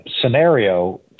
scenario